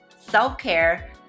self-care